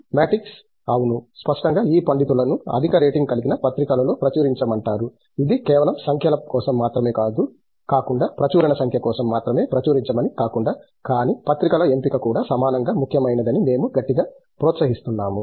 మెటిక్స్ 'అవును స్పష్టంగా ఈ పండితులను అధిక రేటింగ్ కలిగిన పత్రికలలో ప్రచురించమంటారు ఇది కేవలం సంఖ్యల కోసం మాత్రమే కాకుండా ప్రచురణ సంఖ్య కోసం మాత్రమే ప్రచురించమని కాకుండా కానీ పత్రికల ఎంపిక కూడా సమానంగా ముఖ్యమైనది అని మేము గట్టిగా ప్రోత్సహిస్తున్నాము